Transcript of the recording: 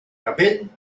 capell